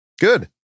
Good